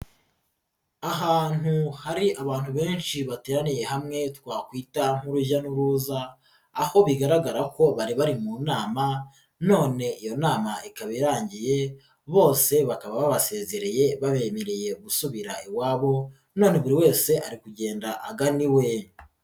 Ahantu hari abantu benshi bateraniye hamwe twakwita nk'urujya n'uruza, aho bigaragara ko bari bari mu nama none iyo nama ikaba irangiye bose bakaba babasezereye babemereye gusubira iwabo none buri wese ari kugenda agana iwe.